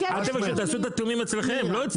תעשו את התיאומים אצלכם, לא אצלם.